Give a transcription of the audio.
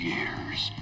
Year's